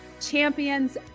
champions